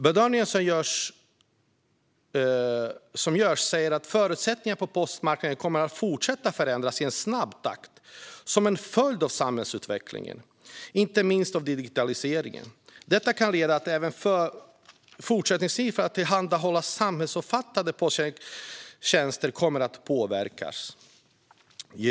Bedömningar som görs visar att förutsättningarna på postmarknaden kommer att fortsätta förändras i snabb takt som en följd av samhällsutvecklingen, inte minst på grund av digitaliseringen. Detta kan leda till att även förutsättningarna för att tillhandahålla en samhällsomfattande posttjänst kan komma att påverkas.